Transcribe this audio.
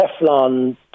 Teflon